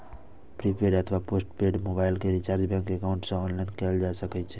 prepaid अथवा postpaid mobile के recharge bank account सं ऑनलाइन कैल जा सकै छै